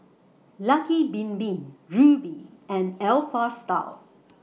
Lucky Bin Bin Rubi and Alpha Style